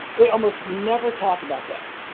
they almost never talk about that.